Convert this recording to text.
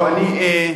טוב, אני,